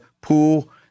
pool